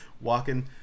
walking